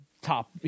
top –